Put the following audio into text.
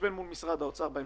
תתחשבנו מול משרד האוצר בהמשך.